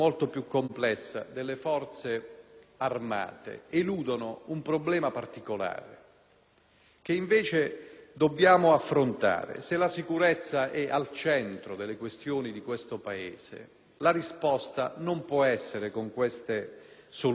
che, invece, dobbiamo affrontare: se la sicurezza è al centro delle questioni di questo Paese, la risposta non può essere in queste soluzioni, ma sta al centro della questione, cioè nel rafforzamento